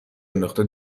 انداخته